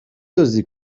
دزدی